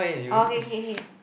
okay K K